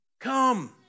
Come